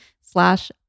slash